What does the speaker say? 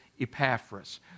Epaphras